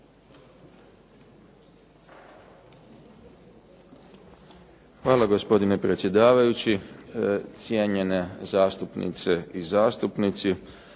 Hvala gospodine predsjedavajući. Cijenjene zastupnice i zastupnici.